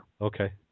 Okay